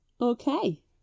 Okay